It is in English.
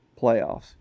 playoffs